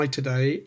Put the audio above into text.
today